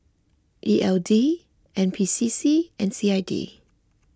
E L D N P C C and C I D